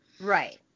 Right